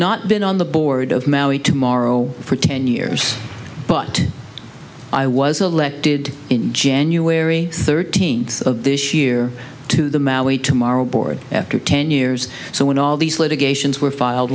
not been on the board of maui tomorrow for ten years but i was elected in january thirteenth of this year to the maui tomorrow board after ten years so when all these litigations were filed